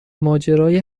ماجرای